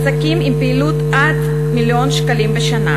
עסקים עם פעילות עד מיליון שקלים בשנה,